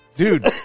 Dude